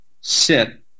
sit